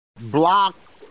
block